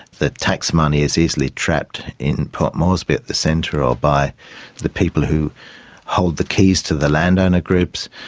the tax money is easily trapped in port moresby at the centre, or by the people who hold the keys to the landowner groups.